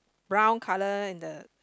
brown colour in the